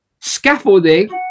scaffolding